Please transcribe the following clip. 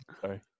Sorry